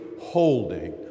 holding